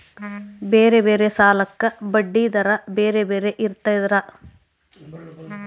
ಬೇರೆ ಬೇರೆ ಸಾಲಕ್ಕ ಬಡ್ಡಿ ದರಾ ಬೇರೆ ಬೇರೆ ಇರ್ತದಾ?